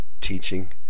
teaching